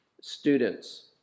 students